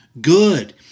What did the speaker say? good